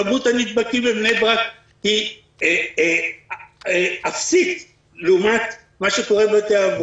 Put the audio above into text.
כמות הנדבקים בבני ברק היא אפסית לעומת מה שקורה בבתי האבות.